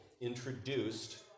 introduced